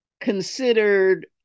considered